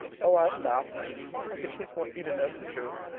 oh, i'll stop i just want you to know the truth.